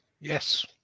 Yes